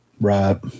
Right